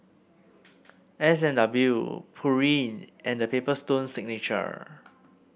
S and W Pureen and The Paper Stone Signature